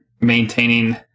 maintaining